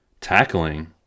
tackling